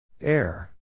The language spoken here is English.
Air